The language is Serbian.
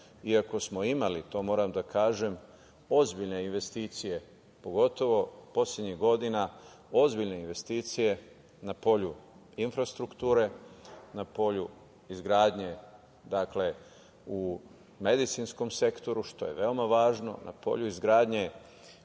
iako smo imali, to moram da kažem, ozbiljne investicije, pogotovo poslednjih godina, ozbiljne investicije, na polju infrastrukture, na polju izgradnje u medicinskom sektoru, što je veoma važno, na polju izgradnje